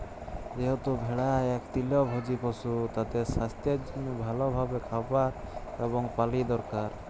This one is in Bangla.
যেহেতু ভেড়া ইক তৃলভজী পশু, তাদের সাস্থের জনহে ভাল ভাবে খাবার এবং পালি দরকার